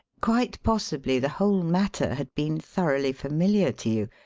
quite possibly the whole matter had been thoroughly familiar to you,